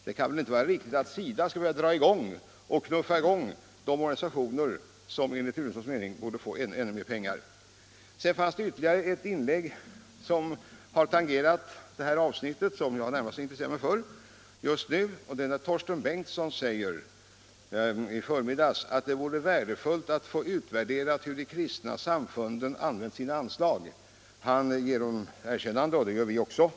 Det kan väl inte vara riktigt att SIDA skall behöva dra i gång de organisationer som enligt herr Turessons mening borde få ännu mer pengar. Det har gjorts ytterligare ett inlägg som tangerar det avsnitt jag närmast intresserar mig för just nu, nämligen herr Torsten Bengtsons uttalande i förmiddags att det vore värdefullt att få utvärderat hur de kristna samfunden använt sina anslag. Han ger dem erkännande. Det gör vi också.